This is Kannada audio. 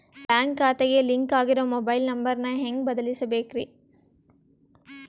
ಬ್ಯಾಂಕ್ ಖಾತೆಗೆ ಲಿಂಕ್ ಆಗಿರೋ ಮೊಬೈಲ್ ನಂಬರ್ ನ ಹೆಂಗ್ ಬದಲಿಸಬೇಕ್ರಿ?